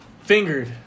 fingered